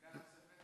עמדה נוספת.